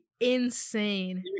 insane